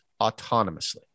autonomously